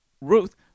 ruth